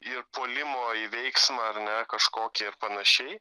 ir puolimo į veiksmą ar ne kažkokį ir panašiai